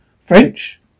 French